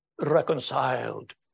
reconciled